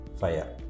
fire